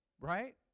Right